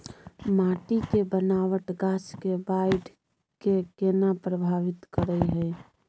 माटी के बनावट गाछ के बाइढ़ के केना प्रभावित करय हय?